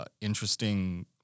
interesting